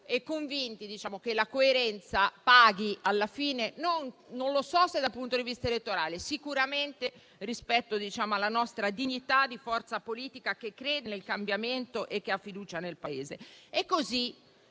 convinti che la coerenza alla fine paghi, non so se dal punto di vista elettorale, ma sicuramente rispetto alla nostra dignità di forza politica che crede nel cambiamento e che ha fiducia nel Paese.